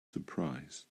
surprise